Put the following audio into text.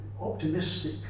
optimistic